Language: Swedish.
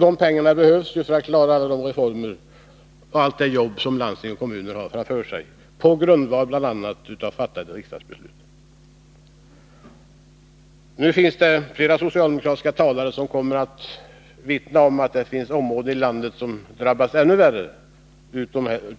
De pengarna behövs för att klara alla de reformer och allt det arbete som landsting och kommuner har framför sig på grundval bl.a. av fattade riksdagsbeslut. Flera socialdemokratiska talare kommer vid denna debatt att kunna redovisa att andra delar av landet drabbas ännu värre